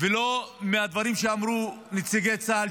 ולא מהדברים שאמרו נציגי צה"ל,